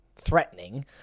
Threatening